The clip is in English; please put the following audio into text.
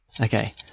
Okay